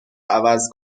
عوض